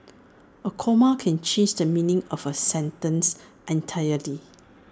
A comma can change the meaning of A sentence entirely